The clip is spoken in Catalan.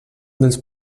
dels